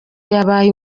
yabaye